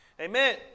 Amen